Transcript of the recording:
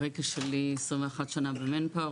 ברקע שלי 21 שנים במנפאואר,